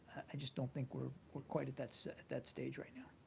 i just don't think we're we're quite at that so that stage right now.